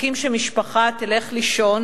מחכים שמשפחה תלך לישון